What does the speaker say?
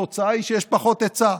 התוצאה היא שיש פחות היצע.